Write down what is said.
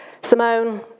Simone